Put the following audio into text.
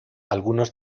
algunos